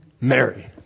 Mary